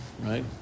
right